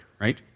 right